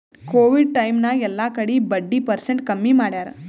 Covid time ನಾಗ್ ಎಲ್ಲಾ ಕಡಿ ಬಡ್ಡಿ ಪರ್ಸೆಂಟ್ ಕಮ್ಮಿ ಮಾಡ್ಯಾರ್